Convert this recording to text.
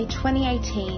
2018